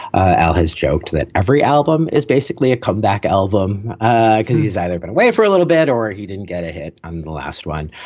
ah al has joked that every album is basically a comeback album because he's either been away for a little bit or he didn't get a hit on the last one.